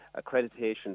accreditation